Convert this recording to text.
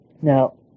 now